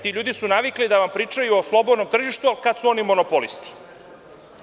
Ti ljudi su navikli da vam pričaju o slobodnom tržištu kad su oni monopolisti.